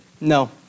No